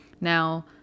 Now